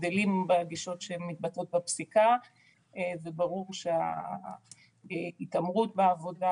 הבדלים בגישות שמתבטאות בפסיקה ובררו שההתעמרות בעבודה